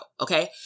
Okay